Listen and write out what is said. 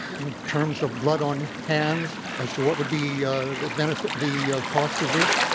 in terms of blood on hands, as to what would be the benefit the cost of this,